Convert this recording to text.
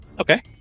Okay